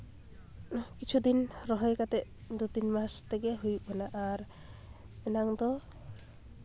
ᱠᱤᱪᱷᱩ ᱫᱤᱱ ᱨᱚᱦᱚᱭ ᱠᱟᱛᱮ ᱫᱩ ᱛᱤᱱ ᱢᱟᱥ ᱛᱮᱜᱮ ᱦᱩᱭᱩᱜ ᱠᱟᱱᱟ ᱟᱨ ᱮᱱᱟᱝ ᱫᱚ